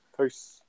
Peace